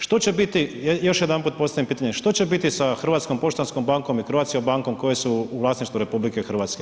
Što će biti, još jedanput postavljam pitanje, što će biti sa Hrvatskom poštanskom bankom i Croatia bankom koje su u vlasništvu RH?